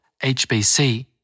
HBC